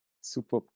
Super